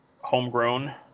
homegrown